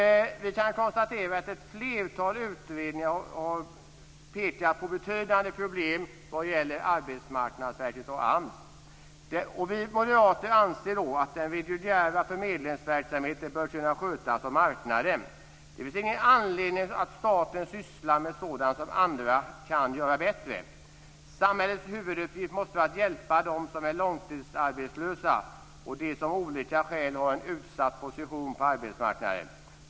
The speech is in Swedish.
Vi kan konstatera att ett flertal utredningar har pekat på betydande problem vad gäller arbetsmarknadsverket och AMS. Vi moderater anser att den reguljära förmedlingsverksamheten bör kunna skötas av marknaden. Det finns ingen anledning att staten sysslar med sådant som andra kan göra bättre. Samhällets huvuduppgift måste vara att hjälpa dem som är långtidsarbetslösa och dem som av olika skäl har en utsatt position på arbetsmarknaden.